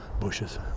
Bushes